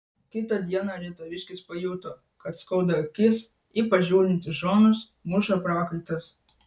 kitą dieną rietaviškis pajuto kad skauda akis ypač žiūrint į šonus muša prakaitas